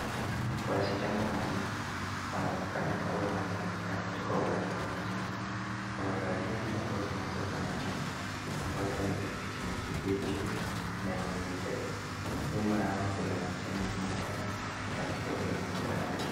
Wasichana wanne wanaonekana kuwa wanaelekea katika upande mmoja. Wamevalia nguo zinazofanana ambazo ni za kijani kibichi na nyeupe. Nyuma yao kuna kijana mmoja na pia kuna magari.